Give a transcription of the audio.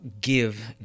give